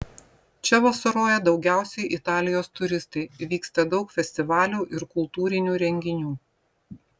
čia vasaroja daugiausiai italijos turistai vyksta daug festivalių ir kultūrinių renginių